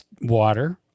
water